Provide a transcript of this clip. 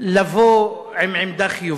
לבוא עם עמדה חיובית.